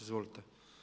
Izvolite.